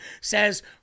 says